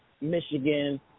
Michigan